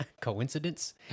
Coincidence